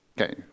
Okay